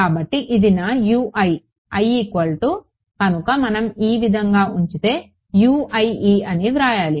కాబట్టి ఇది నా i కనుక మనం ఈ విధంగా ఉంచితే Uie అని వ్రాయాలి